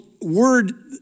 word